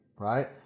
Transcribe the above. right